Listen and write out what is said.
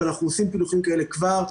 אבל אנחנו עושים פילוחים כאלה כבר,